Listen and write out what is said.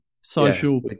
social